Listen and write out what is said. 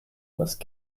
must